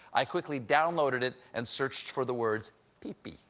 i quickly downloaded it and searched for the word pee pee.